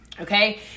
Okay